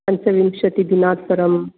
पञ्चविंशतिदिनात् परं